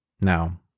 Now